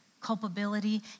culpability